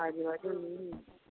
কাজ বাজও নেই